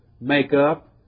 makeup